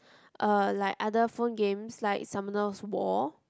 uh like other phone games like Summoners War